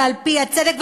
על-פי הצדק,